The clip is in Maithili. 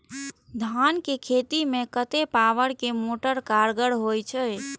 धान के खेती में कतेक पावर के मोटर कारगर होई छै?